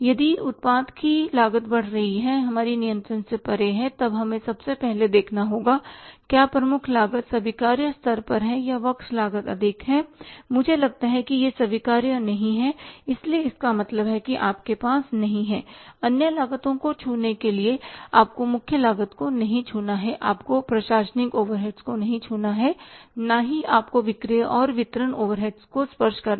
यदि उत्पाद की लागत बढ़ रही है हमारे नियंत्रण से परे तब हमें सबसे पहले देखना होगा क्या प्रमुख लागत स्वीकार्य स्तर पर है या वर्क्स लागत अधिक है मुझे लगता है कि यह स्वीकार्य नहीं है इसलिए इसका मतलब है कि आपके पास नहीं है अन्य लागत को छूने के लिए आपको मुख्य लागत को नहीं छूना है आपको प्रशासनिक ओवरहेड्स को नहीं छूना है और न ही आपको विक्रय और वितरण ओवरहेड को स्पर्श करना है